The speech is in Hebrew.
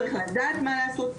צריך לדעת מה לעשות,